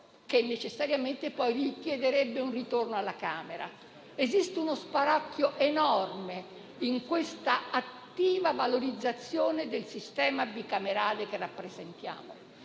poi necessariamente un ritorno alla Camera. Esiste uno spauracchio enorme in questa attiva valorizzazione del sistema bicamerale che rappresentiamo.